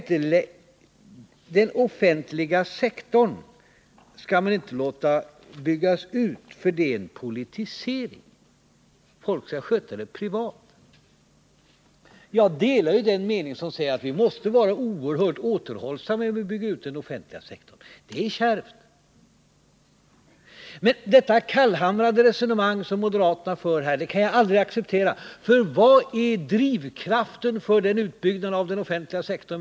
Jo, den offentliga sektorn skall inte få byggas ut, för det är en politisering — folk skall sköta sådant privat. Jag delar uppfattningen att vi måste vara oerhört återhållsamma när vi bygger ut den offentliga sektorn. Läget är kärvt. Men det kallhamrade resonemang som moderaterna för kan jag aldrig acceptera, för vad är drivkraften för utbyggnaden av den offentliga sektorn?